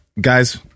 guys